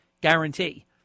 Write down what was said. guarantee